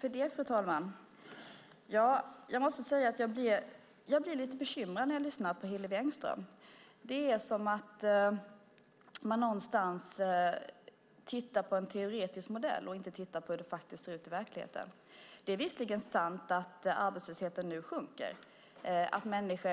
Fru talman! Jag blir lite bekymrad när jag lyssnar på Hillevi Engström. Det är som att man tittar på en teoretisk modell och inte på hur det ser ut i verkligheten. Det är visserligen sant att arbetslösheten nu sjunker, att